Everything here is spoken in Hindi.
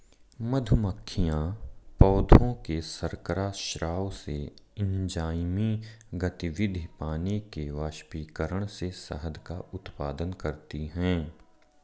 मधुमक्खियां पौधों के शर्करा स्राव से, एंजाइमी गतिविधि, पानी के वाष्पीकरण से शहद का उत्पादन करती हैं